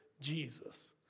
Jesus